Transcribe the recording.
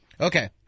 Okay